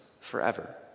forever